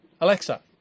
Alexa